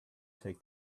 take